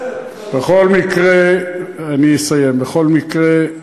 בסדר, בכל מקרה, אני אסיים, בכל מקרה,